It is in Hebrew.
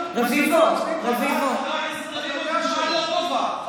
דוגמה לא טובה.